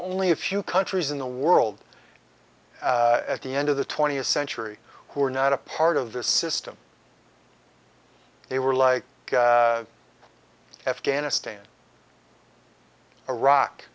only a few countries in the world at the end of the twentieth century who were not a part of the system they were like afghanistan iraq